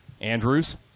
Andrews